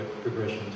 progression